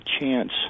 chance